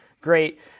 great